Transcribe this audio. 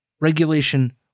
regulation